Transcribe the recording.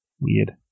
Weird